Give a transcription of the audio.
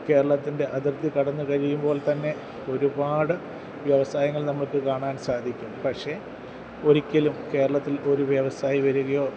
കേരളത്തിൻ്റെ അതിർത്തി കടന്നുകഴിയുമ്പോൾ തന്നെ ഒരുപാട് വ്യവസായങ്ങൾ നമുക്ക് കാണാൻ സാധിക്കും പക്ഷേ ഒരിക്കലും കേരളത്തിൽ ഒരു വ്യവസായി വരികയോ